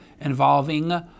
involving